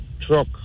truck